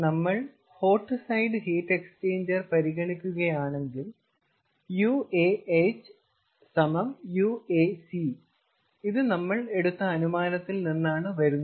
നമ്മൾ hot side heat exchanger പരിഗണിക്കുകയാണെങ്കിൽ h c ഇത് നമ്മൾ എടുത്ത അനുമാനത്തിൽ നിന്നാണ് വരുന്നത്